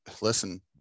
listen